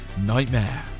Nightmare